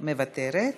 מוותרת.